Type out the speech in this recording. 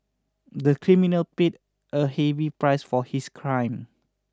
the criminal paid a heavy price for his crime